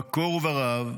בקור ורעב.